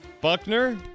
Buckner